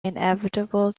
inevitable